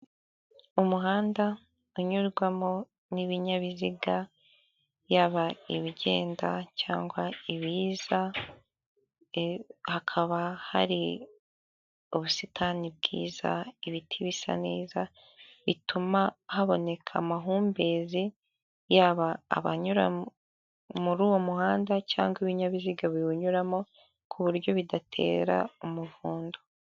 Umuhanda unyurwamo n'ibinyabiziga yaba ibigenda cyangwa ibiza hakaba hari ubusitani bwiza ibiti bisa neza bituma haboneka amahumbezi yaba abanyura muri uwo muhanda cyangwa ibinyabiziga biwunyuramo ku buryo bidatera umuvundo .